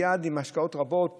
היא יעד עם השקעות רבות,